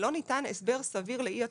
ולא ניתן הסבר סביר לאי התשלום.